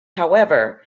however